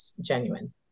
genuine